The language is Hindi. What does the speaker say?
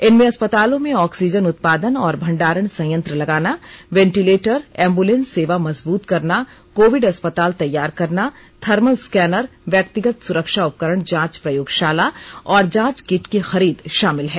इनमें अस्पतालों में ऑक्सीजन उत्पादन और भंडारण संयंत्र लगाना वेंटिलेटर एम्बुलेंस सेवा मजबूत करना कोविड अस्पताल तैयार करना थर्मल स्कैनर व्यक्तिगत सुरक्षा उपकरण जांच प्रयोगशाला और जांच किट की खरीद शामिल है